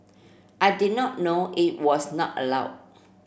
I did not know it was not allowed